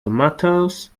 tomatoes